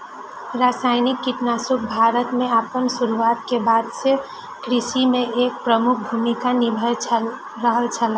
रासायनिक कीटनाशक भारत में आपन शुरुआत के बाद से कृषि में एक प्रमुख भूमिका निभाय रहल छला